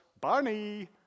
Barney